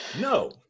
No